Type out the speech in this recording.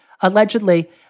Allegedly